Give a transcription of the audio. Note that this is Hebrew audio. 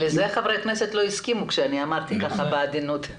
לזה חברי הכנסת לא הסכימו כשאמרתי כך בעדינות.